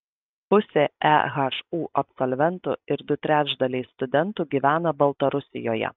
pusė ehu absolventų ir du trečdaliai studentų gyvena baltarusijoje